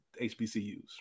hbcus